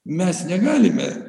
mes negalime